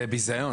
זה ביזיון.